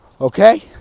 Okay